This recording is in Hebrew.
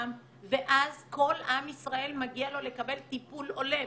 ואז כל עם ישראל מגיע לו לקבל טיפול הולם.